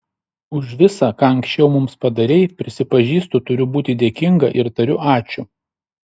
už visa ką anksčiau mums padarei prisipažįstu turiu būti dėkinga ir tariu ačiū